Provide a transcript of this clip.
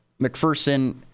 McPherson